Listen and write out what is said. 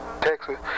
Texas